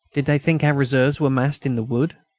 did they think our reserves were massed in the wood?